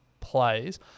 plays